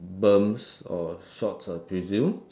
berms or shorts I presume